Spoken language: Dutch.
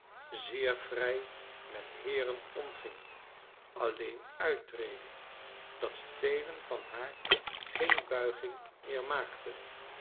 zeer vrij met heeren omgingen alleen uitreden dat velen van haar geen buiging meer maakten